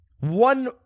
One